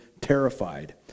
terrified